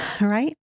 right